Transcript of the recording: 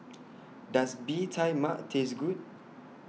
Does Bee Tai Mak Taste Good